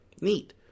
Neat